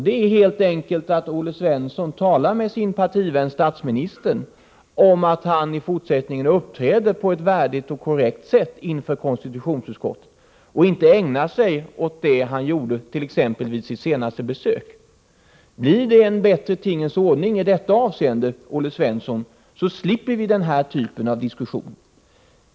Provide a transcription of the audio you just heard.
Det är helt enkelt att Olle Svensson talar med sin partivän statsministern om att han i fortsättningen bör uppträda på ett värdigt och korrekt sätt inför konstitutionsutskottet och inte ägna sig åt sådant som han gjorde vid det senaste besöket. Blir det en bättre tingens ordning i detta avseende, Olle Svensson, slipper vi den här typen av diskussioner.